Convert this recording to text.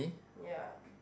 ya